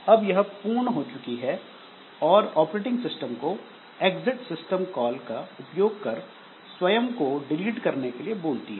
अब यह पूर्ण हो चुकी है और ऑपरेटिंग सिस्टम को एग्जिट सिस्टम कॉल का उपयोग कर स्वयं को डिलीट करने के लिए बोलती है